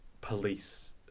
police